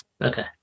Okay